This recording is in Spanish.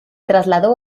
trasladó